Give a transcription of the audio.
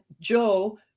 Joe